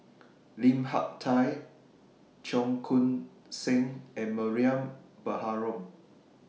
Lim Hak Tai Cheong Koon Seng and Mariam Baharom